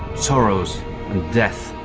sorrows and death,